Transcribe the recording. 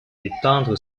étendre